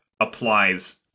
applies